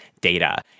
data